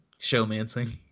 showmancing